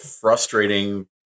frustrating